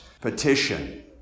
petition